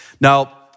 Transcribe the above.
Now